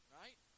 right